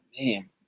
man